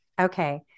Okay